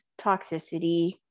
toxicity